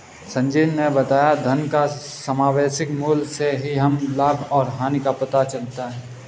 संजीत ने बताया धन का समसामयिक मूल्य से ही हमें लाभ और हानि का पता चलता है